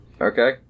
Okay